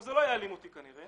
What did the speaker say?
זה לא יעלים אותי כנראה,